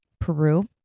Peru